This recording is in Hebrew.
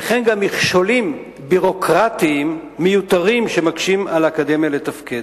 וכן מכשולים ביורוקרטיים מיותרים שמקשים על האקדמיה לתפקד.